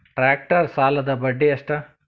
Tractor ಸಾಲದ್ದ ಬಡ್ಡಿ ಎಷ್ಟ?